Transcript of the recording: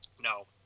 no